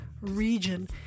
Region